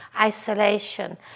isolation